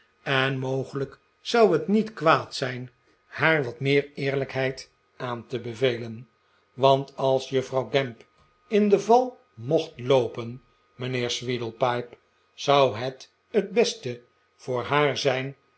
en mogelijk zou het niet kwaad zijn haar wat meer eerlijkheid aan te bevelen want als juffrouw gamp in de val mocht loopen mijnheer sweedlepipe zou het r t beste voor haar zijn